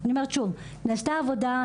נעשתה עבודה,